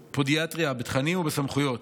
הפודיאטריה בתכנים ובסמכויות.